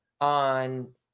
on